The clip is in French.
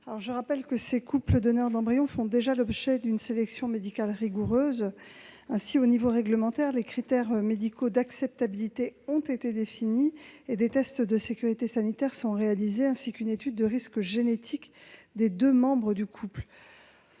Je rappelle que ces couples donneurs d'embryons font déjà l'objet d'une sélection médicale rigoureuse. Ainsi, à l'échelon réglementaire, les critères médicaux d'acceptabilité ont été définis et des tests de sécurité sanitaire sont réalisés, ainsi qu'une étude de risques génétiques des deux membres du couple.